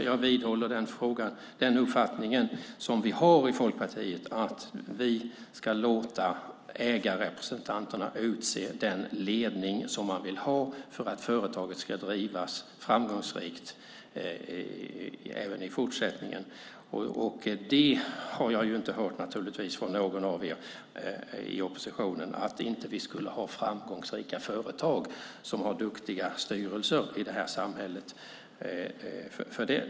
Jag vidhåller den uppfattning som vi har i Folkpartiet, att vi ska låta ägarrepresentanterna utse den ledning som man vill ha för att företaget ska drivas framgångsrikt även i fortsättningen. Jag har inte hört från någon av er i oppositionen att vi i det här samhället inte skulle ha framgångsrika företag som har duktiga styrelser.